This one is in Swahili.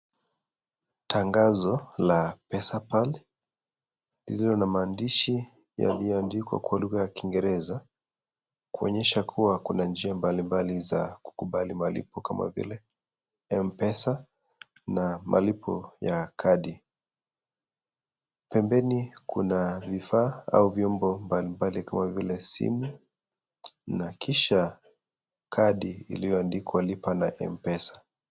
Tangazo la Pespal, iliyo na maandishi yaliyoandikwa kwa lugha ya Kiingereza, kuonyesha kuwa kuna njia mbalimbali za kukubali malipo kama vile Mpesa, na malipo ya kadi. Pembeni kuna vifaa au vyombo mbali mbali kama vile simu, na kisha kadi iliyoandikwa lipa na Mpesa.